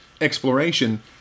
exploration